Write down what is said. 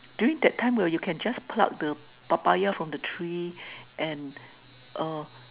during that time where you can just pluck the papaya from the tree and err